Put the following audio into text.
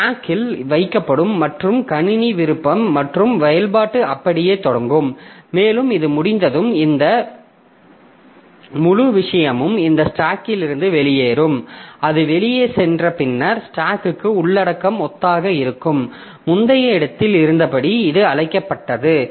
ஸ்டாக்கில் வைக்கப்படும் மற்றும் கணினி விருப்பம் மற்றும் செயல்பாடு அப்படியே தொடங்கும் மேலும் இது முடிந்ததும் இந்த முழு விஷயமும் இந்த ஸ்டாக்கிலிருந்து வெளியேறும் அது வெளியே சென்று பின்னர் ஸ்டாக்கு உள்ளடக்கம் ஒத்ததாக இருக்கும் முந்தைய இடத்தில் இருந்தபடி இது அழைக்கப்பட்டது